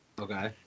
Okay